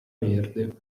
verde